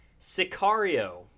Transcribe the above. Sicario